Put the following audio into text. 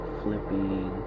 flipping